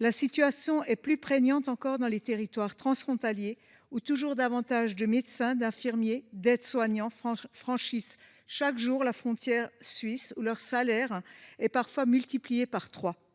la situation est plus prégnante encore dans les territoires transfrontaliers où toujours plus de médecins, d'infirmiers, d'aides-soignants franchissent chaque jour la frontière pour travailler en Suisse, où leur salaire est parfois multiplié par trois.